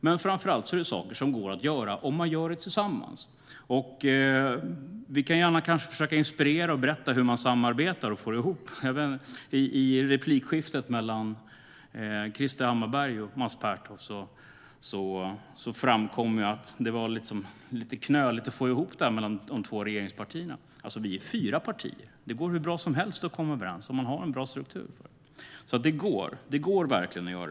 Men framför allt är det saker som går att göra om man gör det tillsammans. Vi kan gärna försöka inspirera och berätta hur man samarbetar och får ihop det. I replikskiftet mellan Krister Hammarbergh och Mats Pertoft framkom det att det var lite knöligt att få ihop det mellan de två regeringspartierna. Men vi är fyra partier, och det går hur bra som helst att komma överens om man har en bra struktur.